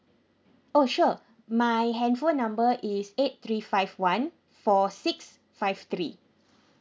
oh sure my handphone number is eight three five one four six five three